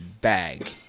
Bag